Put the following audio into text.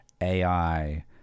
AI